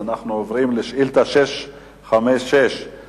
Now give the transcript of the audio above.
אנחנו נמצאים במצב שבו הממשלה תומכת בקריאה